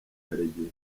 karegeya